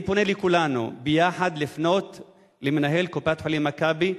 אני פונה לכולנו ביחד לפנות אל מנהל קופת-חולים "מכבי"